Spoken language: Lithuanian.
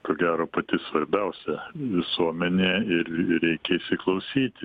ko gero pati svarbiausia visuomenėje ir ir reikia įsiklausyti